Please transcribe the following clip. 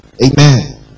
Amen